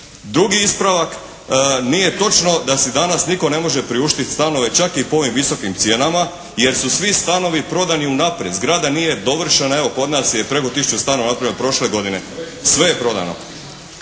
Drugi ispravak, nije točno da se danas nitko ne može priuštiti stanove čak i po ovim visokim cijenama jer su svi stanovi prodani unaprijed. Zgrada nije dovršena, evo kod nas je preko tisuću stanova napravio prošle godine, sve je prodano.